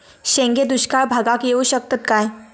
शेंगे दुष्काळ भागाक येऊ शकतत काय?